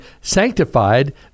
sanctified